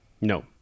no